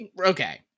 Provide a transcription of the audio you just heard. Okay